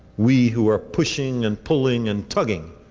we who are pushing and pulling and tugging